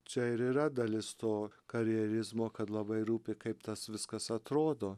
čia ir yra dalis to karjerizmo kad labai rūpi kaip tas viskas atrodo